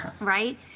right